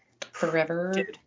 forever